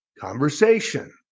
Conversation